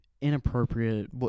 inappropriate